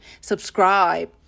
subscribe